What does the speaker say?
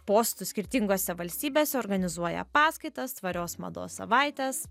postų skirtingose valstybėse organizuoja paskaitas tvarios mados savaites